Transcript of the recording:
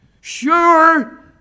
Sure